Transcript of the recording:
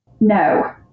No